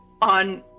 on